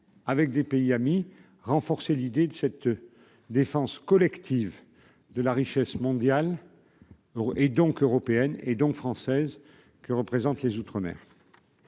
avec des pays amis, renforcer l'idée de cette défense collective de la richesse mondiale et donc européenne et donc française que représentent les outre-mer.